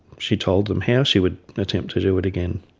she told them how she would attempt to do it again.